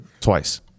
Twice